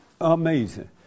Amazing